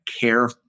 care